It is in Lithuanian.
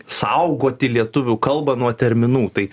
saugoti lietuvių kalbą nuo terminų tai